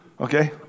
Okay